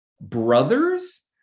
brothers